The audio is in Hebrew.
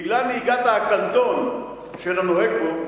בגלל נהיגת העקלתון של הנוהג בו,